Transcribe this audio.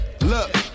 Look